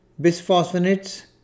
Bisphosphonates